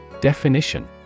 Definition